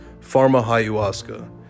Pharma-Ayahuasca